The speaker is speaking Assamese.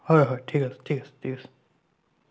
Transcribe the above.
হয় হয় ঠিক আছে ঠিক আছে ঠিক আছে